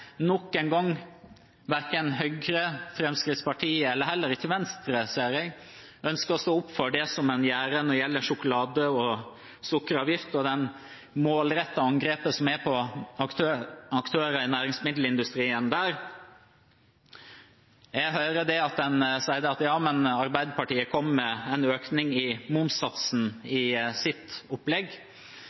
nok en gang ønsker verken Høyre eller Fremskrittspartiet – og heller ikke Venstre, ser jeg – å stå opp for det en gjør når det gjelder sjokolade- og sukkeravgiften og det målrettete angrepet på aktørene i næringsmiddelindustrien. Jeg hører en sier at Arbeiderpartiet kom med en økning av momssatsen i sitt opplegg.